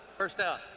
first down.